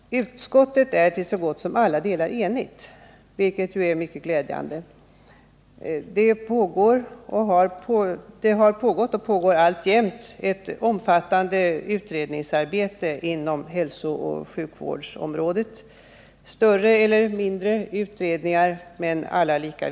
Utskottet är till så gott som alla delar enigt, vilket är mycket glädjande. Det har pågått och pågår alltjämt ett omfattande utredningsarbete inom hälsooch sjukvårdsområdet. Det är större eller mindre utredningar men alla viktiga.